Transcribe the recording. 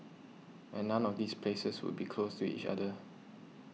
and none of these places would be close to each other